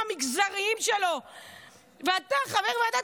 והיה לו